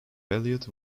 beloit